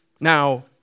Now